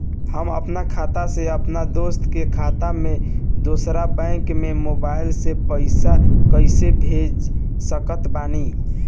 हम आपन खाता से अपना दोस्त के खाता मे दोसर बैंक मे मोबाइल से पैसा कैसे भेज सकत बानी?